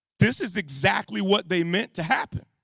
this is exactly what they meant to happen.